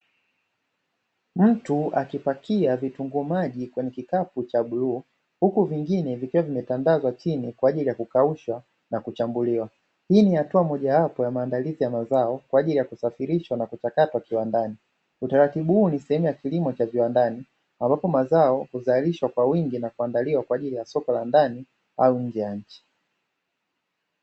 Mtu akipakia vitunguu maji vingi kwenye kikapu cha bluu, huku vingine vikiwa vimetandazwa chini kwa ajili ya kukaushwa na kuchambuliwa. Hili ni hatua mojawapo ya maandalizi ya mazao kwa ajili ya kusafirishwa na kuchakatwa kiwandani. Utaratibu huu ni sehemu ya kilimo cha viwandani, ambapo mazao huzalishwa kwa wingi na kuandaliwa kwa ajili ya soko la ndani au nje ya nchi.